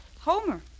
Homer